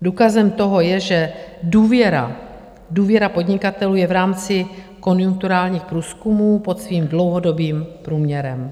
Důkazem toho je, že důvěra, důvěra podnikatelů je v rámci konjunkturálních průzkumů pod svým dlouhodobým průměrem.